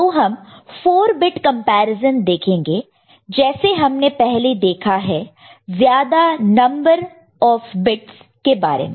तो हम 4 bit comparison देखेंगे जैसे हमने पहले देखा है ज्यादा नंबरों ऑफ बिट्स के बारे में